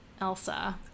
Elsa